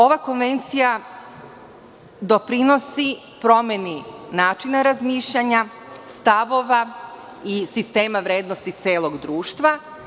Ova konvencija doprinosi promeni načina razmišljanja, stavova i sistema vrednosti celog društva.